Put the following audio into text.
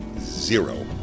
Zero